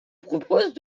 propose